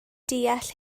deall